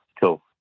cool